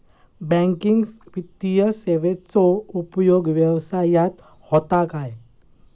Banking वित्तीय सेवाचो उपयोग व्यवसायात होता काय?